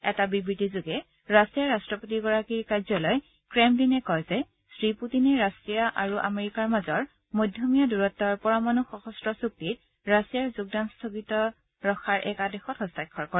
এটা বিবৃতিযোগে ৰাছিয়াৰ ৰাষ্ট্ৰপতিগৰাকীৰ কাৰ্যালয় ফ্ৰেমলিনে কয় যে শ্ৰীপুটিনে ৰাছিয়া আৰু আমেৰিকাৰ মাজৰ মধ্যমীয়া দূৰতৰ পৰমাণু সশস্ত্ৰ চূক্তিত ৰাছিয়াৰ যোগদান স্থগিত ৰকাৰ এক আদেশত হস্তাক্ষৰ কৰে